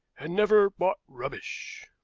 and never bought rubbish.